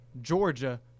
Georgia